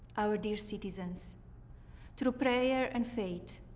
our dear citizens through prayer and faith,